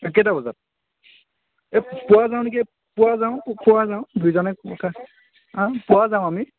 কেইটা বজাত এই পুৱা যাওঁ নেকি পুৱা যাওঁ পুৱা যাওঁ দুইজনে পুৱা যাওঁ আমি